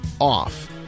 off